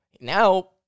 now